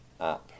app